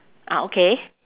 ah okay